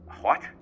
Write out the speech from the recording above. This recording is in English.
What